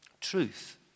Truth